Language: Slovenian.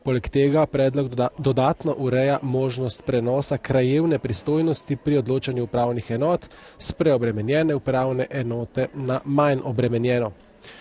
ministrstev dodatno ureja tudi možnost prenosa krajevne pristojnosti pri odločanju upravnih enot iz preobremenjene upravne enote na manj obremenjeno.